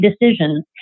decisions